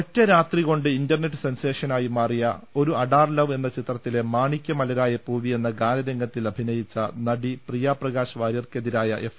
ഒറ്റരാത്രി കൊണ്ട് ഇന്റർനെറ്റ് സെൻസേഷനായി മാറിയ ഒരു അഡാർ ലവ് എന്ന ചിത്രത്തിലെ മാണിക്യമലരായ പൂവി എന്ന ഗാനരംഗത്തിൽ അഭിനയിച്ച നടി പ്രിയപ്രകാശ് വാര്യർക്കെതിരായ എഫ്